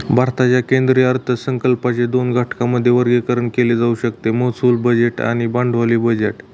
भारताच्या केंद्रीय अर्थसंकल्पाचे दोन घटकांमध्ये वर्गीकरण केले जाऊ शकते महसूल बजेट आणि भांडवली बजेट